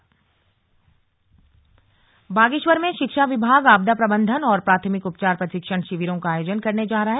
प्रशिक्षण शिविर बागेश्वर में शिक्षा विभाग आपदा प्रबंधन और प्राथमिक उपचार प्रशिक्षण शिविरों का आयोजन करने जा रहा है